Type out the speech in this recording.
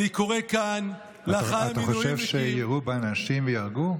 אני קורא כאן, אתה חושב שיירו באנשים ויהרגו?